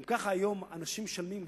גם ככה אנשים משלמים היום,